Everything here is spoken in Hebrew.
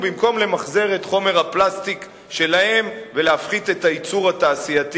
במקום למחזר את חומר הפלסטיק שלהם ולהפחית את הייצור התעשייתי